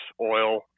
oil